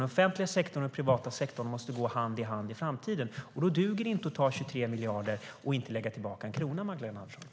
Den offentliga sektorn och den privata sektorn måste gå hand i hand i framtiden. Då duger det inte att ta 23 miljarder och inte lägga tillbaka en krona, Magdalena Andersson.